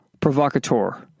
provocateur